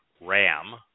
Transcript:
ram